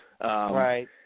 right